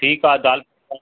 ठीकु आहे दाल पकवान